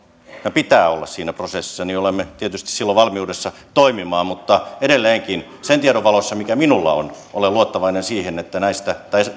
pitää olla siinä prosessissa niin olemme tietysti silloin valmiudessa toimimaan mutta edelleenkin sen tiedon valossa mikä minulla on olen luottavainen että näistä